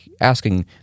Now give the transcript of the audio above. Asking